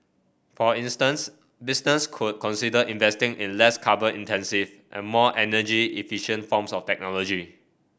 for instance business could consider investing in less carbon intensive and more energy efficient forms of technology